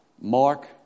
Mark